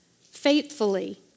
faithfully